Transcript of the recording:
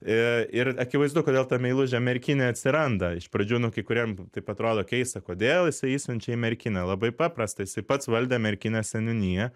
ir akivaizdu kodėl ta meilužė merkinėj atsiranda iš pradžių nu kai kuriem taip atrodo keista kodėl jisai išsiunčia į merkinę labai paprasta jisai pats valdė merkinės seniūniją